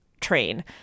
train